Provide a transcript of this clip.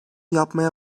yapmaya